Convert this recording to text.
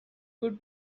could